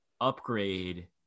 upgrade